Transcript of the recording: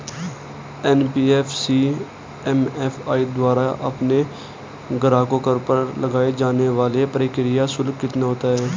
NBFC MFI द्वारा अपने ग्राहकों पर लगाए जाने वाला प्रक्रिया शुल्क कितना होता है?